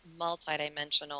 multidimensional